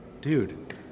dude